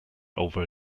over